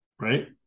Right